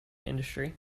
industry